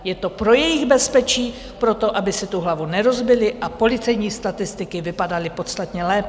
Je to pro jejich bezpečí, pro to, aby si tu hlavu nerozbili a policejní statistiky vypadaly podstatně lépe.